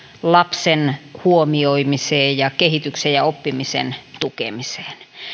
lapsen huomioimiseen ja kehityksen ja oppimisen tukemiseen